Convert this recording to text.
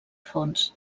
fons